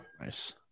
Nice